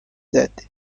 death